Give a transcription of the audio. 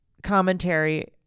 commentary